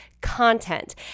content